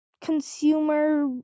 consumer